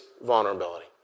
vulnerability